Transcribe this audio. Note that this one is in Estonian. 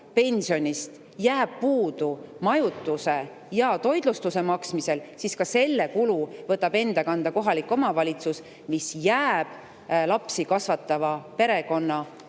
pensionist jääb puudu majutuse ja toitlustuse maksmisel, siis ka selle kulu võtab enda kanda kohalik omavalitsus. [See raha] jääb lapsi kasvatava perekonna